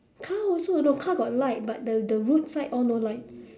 car also know car got light but the the roadside all no light